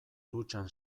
dutxan